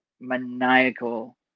maniacal